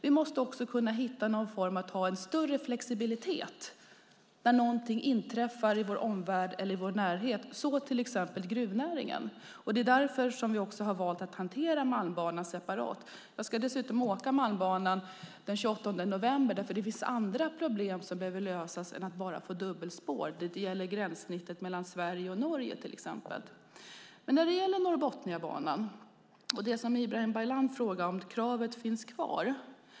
Vi måste kunna hitta någon form för att kunna ha en större flexibilitet när någonting inträffar i vår omvärld eller vår närhet. Det gäller till exempel gruvnäringen. Det är också därför vi har valt att hantera Malmbanan separat. Jag ska dessutom åka Malmbanan den 28 november. Det finns andra problem som behöver lösas än att bara få dubbelspår. Det gäller gränssnittet mellan Sverige och Norge, till exempel. När det gäller Norrbotniabanan frågade Ibrahim Baylan om kravet finns kvar.